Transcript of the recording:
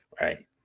Right